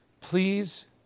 please